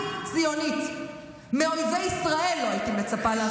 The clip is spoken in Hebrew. האינטרסנטית הכי גדולה של הכנסת מטיפה מוסר.